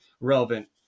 relevant